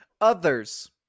Others